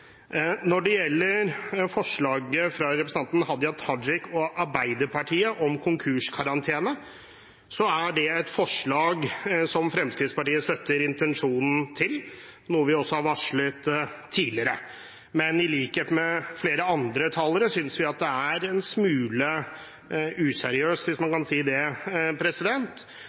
Når det gjelder forslaget fra representanten Hadia Tajik og Arbeiderpartiet om konkurskarantene, er det et forslag som Fremskrittspartiet støtter intensjonen bak, noe vi også har varslet tidligere. Men i likhet med flere andre talere synes vi det er en smule useriøst – hvis man kan si det